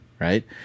right